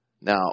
Now